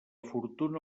fortuna